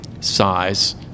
size